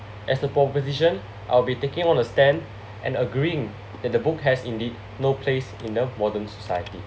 as the proposition I'll be taking on a stand and agreeing that the book has indeed no place in a modern society